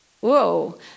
whoa